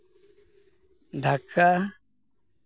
Dhaka